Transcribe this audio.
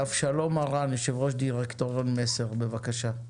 אבשלום הרן, יושב ראש דירקטוריון מסר, בבקשה.